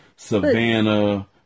Savannah